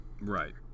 Right